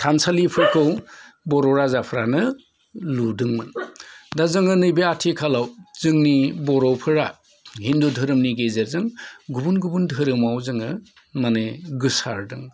थानसालिफोरखौ बर' राजाफ्रानो लुदोंमोन दा जोङो नैबे आथिखालाव जों नि बर'फोरा हिन्दु धोरोमनि गेजेरजों गुबुन गुबुन दोरोमाव जोङो माने गोसारदों